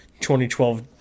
2012